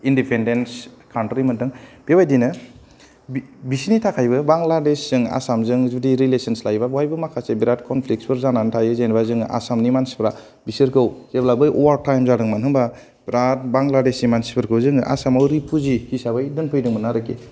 independents country मोनदों बेबायदिनो बिसोरनि थाखायबो बांलादेशजों आसामजों जुदि रिलेसनस लायोब्ला बेहायबो माखासे कनफ्लिकसफोर जानानै थायो जेनावबा जोङो आसामनि मानसिफ्रा बिसोरखौ जेब्ला बै अवार थाइम जादोंमोन होनबा बेराद बांलादेशि मानसिफोरखौ जोङो आसामाव रिफुजि हिसाबै दोनफैदोंमोन आरोखि